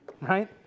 Right